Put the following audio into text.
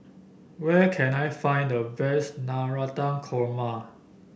where can I find the best Navratan Korma